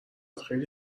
خیلی